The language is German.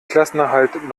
klassenerhalt